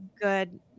good